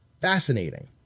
fascinating